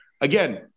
again